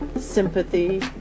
sympathy